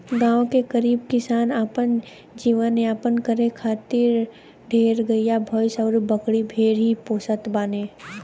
गांव के गरीब किसान अपन जीवन यापन करे खातिर ढेर गाई भैस अउरी बकरी भेड़ ही पोसत बाने